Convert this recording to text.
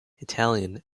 italian